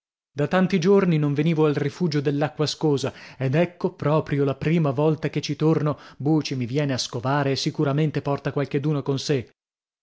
da tanti giorni non venivo al rifugio dell'acqua ascosa ed ecco proprio la prima volta che ci torno buci mi viene a scovare e sicuramente porta qualcheduno con sè